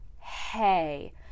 hey